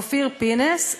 אופיר פינס,